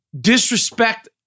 disrespect